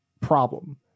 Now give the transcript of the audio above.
problem